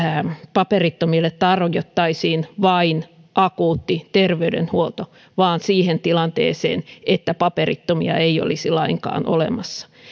paperittomille tarjottaisiin vain akuutti terveydenhuolto vaan siihen tilanteeseen että paperittomia ei olisi lainkaan olemassa